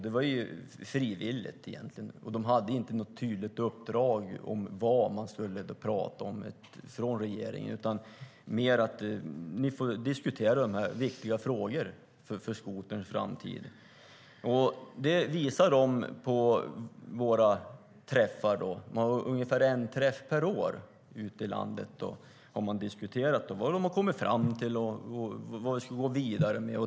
Det var frivilligt, och det fanns inte något tydligt uppdrag från regeringen om vad rådet skulle prata om. Budskapet var mest att man skulle diskutera viktiga frågor för skoterns framtid. Man har ungefär en träff per år ute i landet, och så visar de vad de har kommit fram till och vad vi ska gå vidare med.